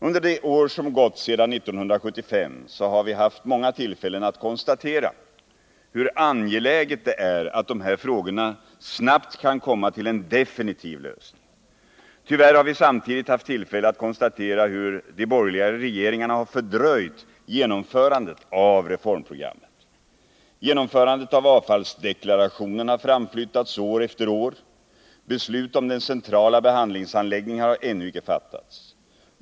Under de år som gått sedan 1975 har vi haft många tillfällen att konstatera hur angeläget det är att dessa frågor snabbt kan komma till en definitiv lösning. Tyvärr har vi samtidigt haft tillfälle att konstatera hur de borgerliga regeringarna har fördröjt genomförandet av reformprogrammet. Genomförandet av avfallsdeklarationen har framflyttats år efter år. Beslut om den centrala behandlingsanläggningen har ännu icke fattats.